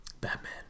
Batman